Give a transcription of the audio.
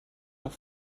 doch